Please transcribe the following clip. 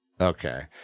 Okay